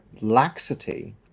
laxity